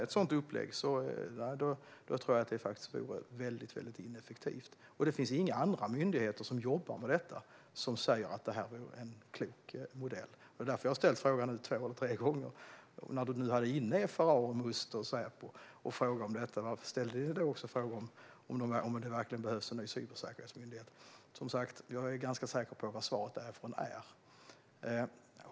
Ett sådant upplägg tror jag vore väldigt ineffektivt, och inga andra myndigheter som jobbar med detta säger att det vore en klok modell. Det är också därför jag nu flera gånger har frågat: När ni nu träffade företrädare för FRA, Must och Säpo och diskuterade detta, frågade ni då också om det verkligen behövs en ny cybersäkerhetsmyndighet? Jag är ganska säker på vad svaret från dem skulle ha blivit.